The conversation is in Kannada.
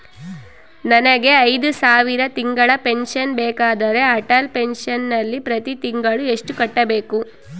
ನನಗೆ ಐದು ಸಾವಿರ ತಿಂಗಳ ಪೆನ್ಶನ್ ಬೇಕಾದರೆ ಅಟಲ್ ಪೆನ್ಶನ್ ನಲ್ಲಿ ಪ್ರತಿ ತಿಂಗಳು ಎಷ್ಟು ಕಟ್ಟಬೇಕು?